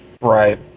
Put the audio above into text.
Right